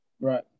Right